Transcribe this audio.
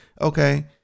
okay